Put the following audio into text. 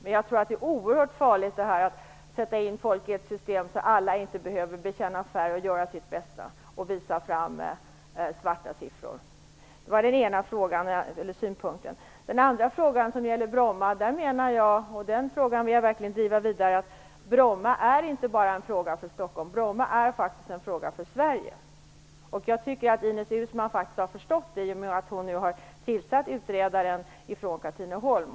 Det är oerhört farligt att sätta in folk i ett system där alla inte behöver bekänna färg, göra sitt bästa och visa fram svarta siffror. Det var den ena synpunkten. Den andra frågan - och den frågan vill jag verkligen driva vidare - är att Bromma inte bara är en fråga för Stockholm, utan Bromma är en fråga för Sverige. Jag tycker att Ines Uusmann har förstått det genom att hon har tillsatt en utredare från Katrineholm.